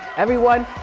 everyone,